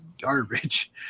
garbage